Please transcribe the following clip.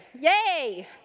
yay